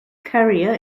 career